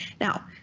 Now